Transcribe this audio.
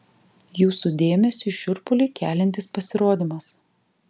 jūsų dėmesiui šiurpulį keliantis pasirodymas